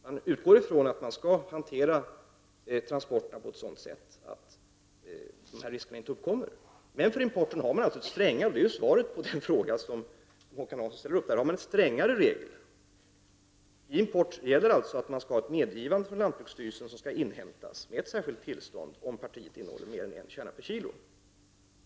Man utgår från att transporterna skall hanteras på sådant sätt att några risker inte uppkommer. Men för importen har man strängare regler. Det är ju svaret på den fråga som Håkan Hansson ställer. Vid import skall medgivande från lantbruksstyrelsen inhämtas med ett särskilt tillstånd om partiet innehåller mer än en kärna flyghavre per kilo spannmål.